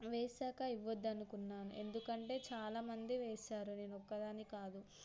వేసాక ఇవ్వద్దనుకున్నాను ఎందుకంటే చాలామంది వేసారు నేను ఒక్కదాని కాదు